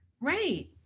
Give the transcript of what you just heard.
right